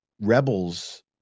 Rebels